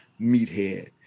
meathead